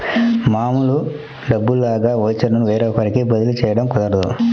మామూలు డబ్బుల్లాగా ఓచర్లు వేరొకరికి బదిలీ చేయడం కుదరదు